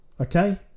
Okay